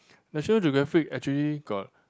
National Geographic actually got